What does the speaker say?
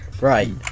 Right